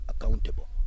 accountable